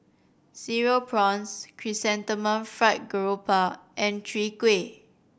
Cereal Prawns Chrysanthemum Fried Garoupa and Chwee Kueh